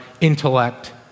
intellect